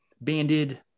banded